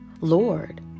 Lord